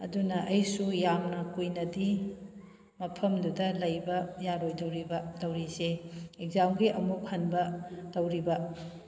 ꯑꯗꯨꯅ ꯑꯩꯁꯨ ꯌꯥꯝꯅ ꯀꯨꯏꯅꯗꯤ ꯃꯐꯝꯗꯨꯗ ꯂꯩꯕ ꯌꯥꯔꯣꯏꯗꯣꯏꯔꯤꯕ ꯇꯧꯔꯤꯁꯦ ꯑꯦꯛꯁꯖꯥꯝꯒꯤ ꯑꯃꯨꯛ ꯍꯟꯕ ꯇꯧꯔꯤꯕ